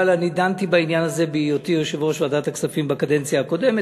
אבל אני דנתי בעניין הזה בהיותי יושב-ראש ועדת הכספים בקדנציה הקודמת,